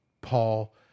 Paul